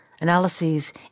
Analyses